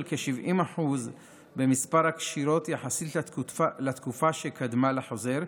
כ-70% במספר הקשירות יחסית לתקופה שקדמה לחוזר,